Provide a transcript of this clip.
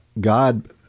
God